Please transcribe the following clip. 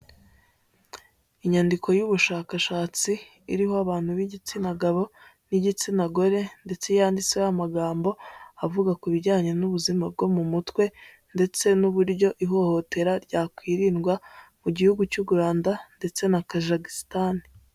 Inyandiko y'ubushakashatsi, iriho abantu b'igitsina gabo n'igitsina gore, ndetse yanditseho amagambo, avuga ku bijyanye n'ubuzima bwo mu mutwe, ndetse n'uburyo ihohotera ryakwirindwa mu gihugu cy'u Rwanda ndetse na Kajikistan.